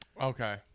Okay